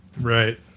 Right